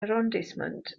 arrondissement